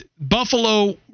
Buffalo